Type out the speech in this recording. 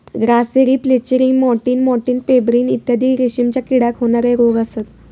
grasserie flacherie मॅटिन मॅटिन pebrine इत्यादी रेशीमच्या किड्याक होणारे रोग असत